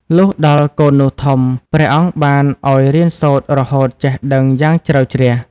លុះដល់កូននោះធំ ព្រះអង្គបានឱ្យរៀនសូត្ររហូតចេះដឹងយ៉ាងជ្រៅជ្រះ។